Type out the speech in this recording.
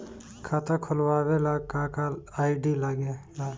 खाता खोलवावे ला का का आई.डी लागेला?